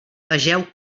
vegeu